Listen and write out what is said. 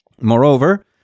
Moreover